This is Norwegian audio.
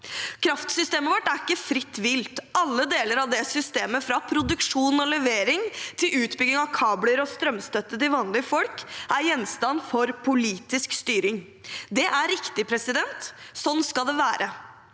Kraftsystemet vårt er ikke fritt vilt. Alle deler av det systemet – fra produksjon og levering til utbygging av kabler og strømstøtte til vanlige folk – er gjenstand for politisk styring. Det er riktig – sånn skal det være.